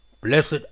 Blessed